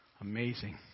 amazing